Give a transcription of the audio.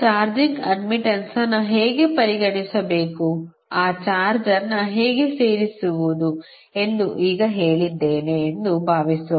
charging admittances ಆನ್ನು ಹೇಗೆ ಪರಿಗಣಿಸಬೇಕು ಆ ಚಾರ್ಜ್ ಅನ್ನು ಹೇಗೆ ಸೇರಿಸುವುದು ಎಂದು ಈಗ ಹೇಳಿದ್ದೇನೆ ಎಂದು ಭಾವಿಸೋಣ